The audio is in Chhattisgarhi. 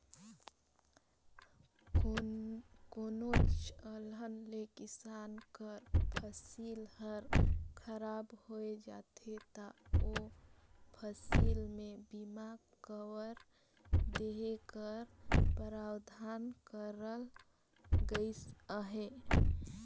कोनोच अलहन ले किसान कर फसिल हर खराब होए जाथे ता ओ फसिल में बीमा कवर देहे कर परावधान करल गइस अहे